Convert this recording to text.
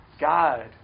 God